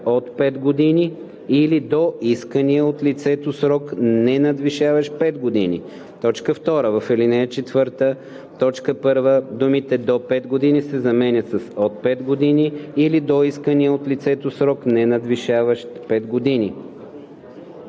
„от 5 години или до искания от лицето срок, ненадвишаващ 5 години“. 2. В ал. 4, т. 1 думите „до 5 години“ се заменят с „от 5 години или до искания от лицето срок, ненадвишаващ 5 години”.“